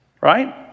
right